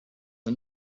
the